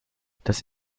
das